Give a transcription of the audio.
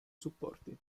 supporti